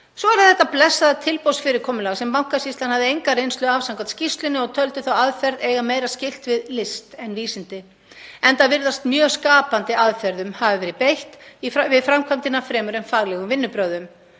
Svo er það þetta blessaða tilboðsfyrirkomulag sem Bankasýslan hafði enga reynslu af samkvæmt skýrslunni og taldi þá aðferð eiga meira skylt við list en vísindi, enda virðist mjög skapandi aðferðum hafi verið beitt við framkvæmdina fremur en faglegum vinnubrögðum.